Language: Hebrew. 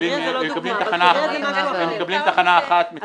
מקבלים מחיר אחד על כל הנושא הזה.